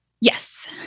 Yes